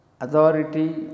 authority